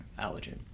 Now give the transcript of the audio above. allergen